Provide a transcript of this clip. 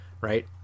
right